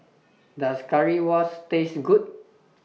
Does Currywurst Taste Good